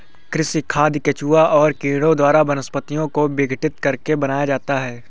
कृमि खाद केंचुआ और कीड़ों द्वारा वनस्पतियों को विघटित करके बनाया जाता है